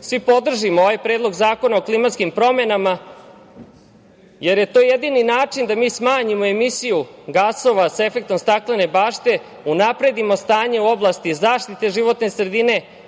svi podržimo ovaj Predlog zakona o klimatskim promenama, jer je to jedini način da mi smanjimo emisiju gasova sa efektom „staklene bašte“, unapredimo stanje u oblasti zaštite životne sredine,